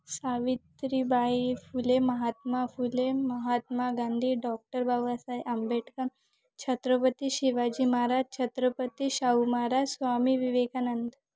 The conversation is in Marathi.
सावित्रीबाई फुले महात्मा फुले महात्मा गांधी डॉक्टर बाबासाहेब आंबेडकर छत्रपती शिवाजी महाराज छत्रपती शाहू महाराज स्वामी विवेकानंद